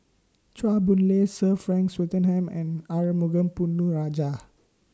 Chua Boon Lay Sir Frank Swettenham and Arumugam Ponnu Rajah